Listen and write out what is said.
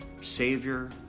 Savior